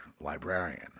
librarian